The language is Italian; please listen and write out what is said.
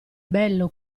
bello